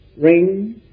ring